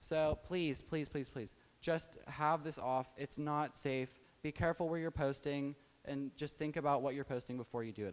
so please please please please just have this off it's not safe be careful where you're posting and just think about what you're posting before you do it